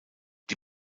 die